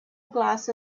glass